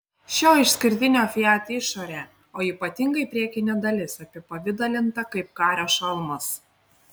šio išskirtinio fiat išorė o ypatingai priekinė dalis apipavidalinta kaip kario šalmas